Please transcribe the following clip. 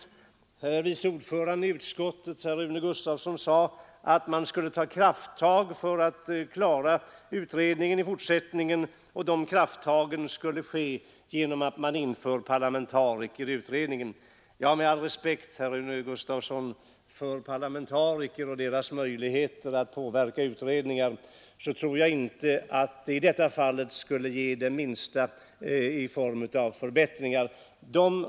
Utskottets vice ordförande herr Rune Gustavsson sade att det borde tas krafttag i utredningsarbetet i fortsättningen, och de krafttagen skulle ske genom att parlamentariker trädde in. Med all respekt, herr Gustavsson, för parlamentariker och deras möjligheter att påverka utredningar, så tror jag inte att det i detta fall skulle ge det minsta i form av förbättringar.